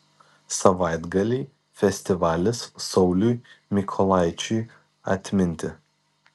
savaitgalį festivalis sauliui mykolaičiui atminti